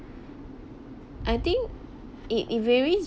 I think it it varies